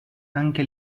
anche